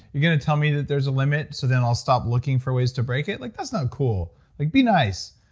you're going to tell me there's a limit, so then i'll stop looking for ways to break it? like that's not cool. like be nice.